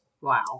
Wow